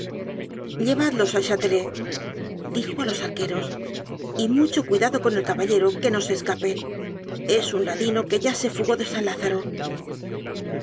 llevadlos al cháteletdijo a los arqueros y mucho cuidado con el caballero que no se esca pe es un ladino que ya se fugó de san lázaro